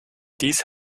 dies